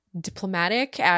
diplomatic